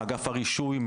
מאגף הרישוי,